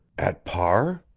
at par?